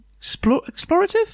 Explorative